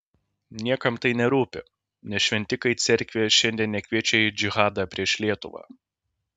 niekam tai nerūpi nes šventikai cerkvėje šiandien nekviečia į džihadą prieš lietuvą